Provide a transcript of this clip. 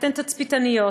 אתן תצפיתניות,